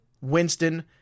Winston